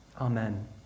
Amen